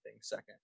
second